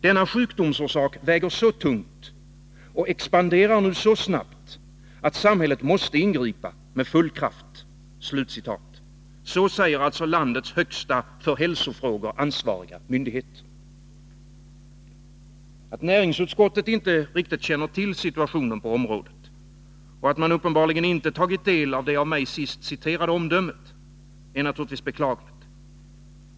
Denna sjukdomsorsak väger så tungt och expanderar nu så snabbt, att samhället måste ingripa med full kraft.” Så säger alltså landets högsta för hälsofrågor ansvariga myndighet. Att näringsutskottet inte riktigt känner till situationen på området, och att man uppenbarligen inte tagit del av det av mig sist citerade omdömet, är naturligtvis beklagligt.